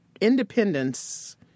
independence